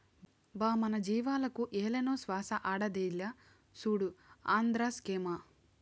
బా మన జీవాలకు ఏలనో శ్వాస ఆడేదిలా, సూడు ఆంద్రాక్సేమో